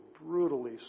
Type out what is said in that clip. brutally